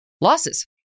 losses